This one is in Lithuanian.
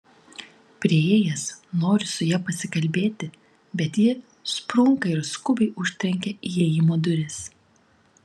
priėjęs noriu su ja pasikalbėti bet ji sprunka ir skubiai užtrenkia įėjimo duris